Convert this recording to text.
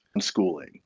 schooling